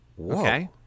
okay